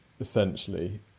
essentially